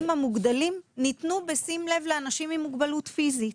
המוגדלים ניתנו בשים לב לאנשים עם מוגבלות פיזית.